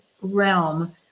realm